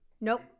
Nope